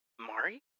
Mari